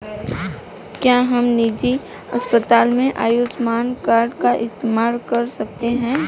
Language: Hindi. क्या हम निजी अस्पताल में आयुष्मान कार्ड का इस्तेमाल कर सकते हैं?